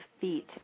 feet